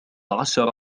عشر